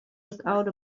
without